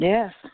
Yes